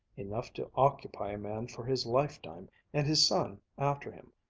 enough to occupy a man for his lifetime and his son after him,